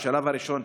בשלב הראשון,